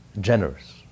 generous